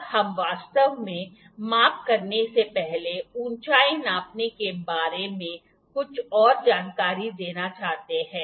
अब हम वास्तव में माप करने से पहले ऊंचाई नापने के बारे में कुछ और जानकारी देना चाहते हैं